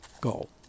goal